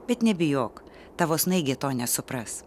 bet nebijok tavo snaigė to nesupras